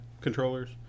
controllers